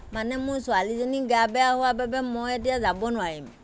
মানে মোৰ ছোৱালীজনীৰ গা বেয়া হোৱা বাবে মই এতিয়া যাব নোৱাৰিম